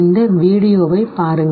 இந்த வீடியோவை பாருங்கள்